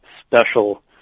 special